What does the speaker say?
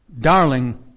darling